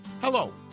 Hello